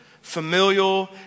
familial